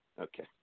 Okay